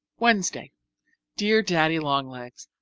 wednesday dear daddy-long-legs,